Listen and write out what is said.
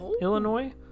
Illinois